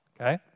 Okay